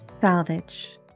Salvage